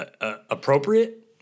appropriate